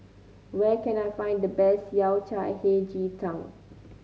where can I find the best Yao Cai Hei Ji Tang